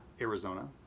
Arizona